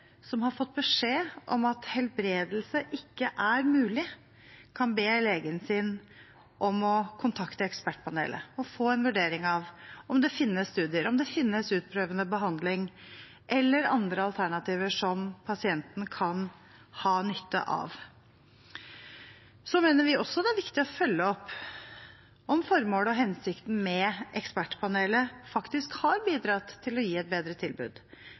som har fått beskjed om at helbredelse ikke er mulig, kan be legen sin om å kontakte ekspertpanelet og få en vurdering av om det finnes studier, utprøvende behandlinger eller andre alternativer som pasienten kan ha nytte av. Så mener vi også at det er viktig å følge opp om formålet og hensikten med ekspertpanelet faktisk har bidratt til å gi et bedre tilbud